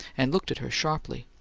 and looked at her sharply.